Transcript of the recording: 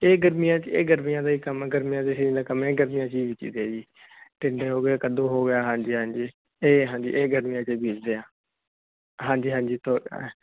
ਇਹ ਗਰਮੀਆਂ ਚ ਇਹ ਗਰਮੀਆਂ ਦਾ ਹੀ ਕੰਮ ਗਰਮੀਆਂ ਦੇ ਨਾਲ ਕੰਮ ਗਰਮੀਆਂ ਚਦੇ ਹੋ ਗਏ ਕੱਦੂ ਹੋ ਗਿਆ ਹਾਂਜੀ ਹਾਂਜੀ ਇਹ ਹਾਂਜੀ ਇਹ ਗਰਮੀਆਂ ਚ ਬੀਜਦੇ ਆ ਹਾਂਜੀ ਹਾਂਜੀ